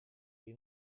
wie